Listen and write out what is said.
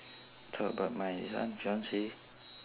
talk about my this one fiancee